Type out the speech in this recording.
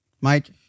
Mike